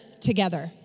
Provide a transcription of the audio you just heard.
together